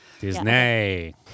Disney